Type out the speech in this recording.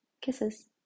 kisses